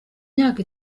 myaka